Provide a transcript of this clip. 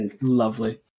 Lovely